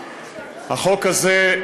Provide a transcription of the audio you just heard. החוק הזה,